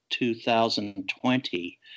2020